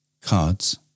Cards